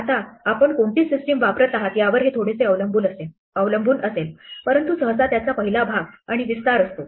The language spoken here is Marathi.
आता आपण कोणती सिस्टीम वापरत आहात यावर हे थोडेसे अवलंबून असेल परंतु सहसा त्याचा पहिला भाग आणि विस्तार असतो